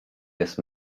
jest